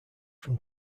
from